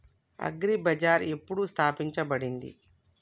Agri Bazaar ఎప్పుడు స్థాపించబడింది?